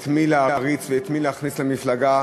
את מי להריץ ואת מי להכניס למפלגה,